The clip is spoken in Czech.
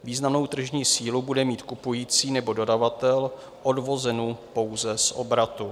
Významnou tržní sílu bude mít kupující nebo dodavatel odvozenu pouze z obratu.